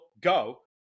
go